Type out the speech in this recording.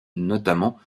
notamment